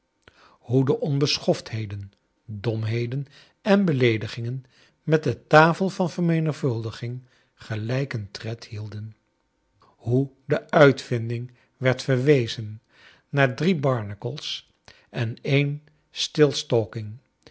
hoe de onbeschoftheden domheden en beleedigingen met de tafel van vermenigvuldiging gelijken tred hielden hoe de uitvinding werd verwezen naar drie barnacle's en een